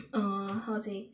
uh how say